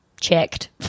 checked